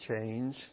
change